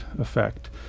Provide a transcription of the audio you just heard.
effect